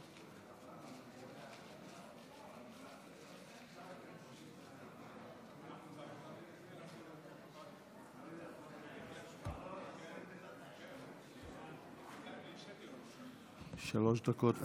שלוש דקות.